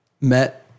met